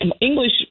English